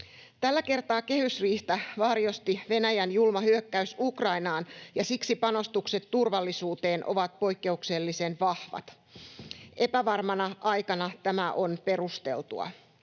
Tällä kertaa kehysriihtä varjosti Venäjän julma hyökkäys Ukrainaan, ja siksi panostukset turvallisuuteen ovat poikkeuksellisen vahvat. Epävarmana aikana tämä on perusteltua.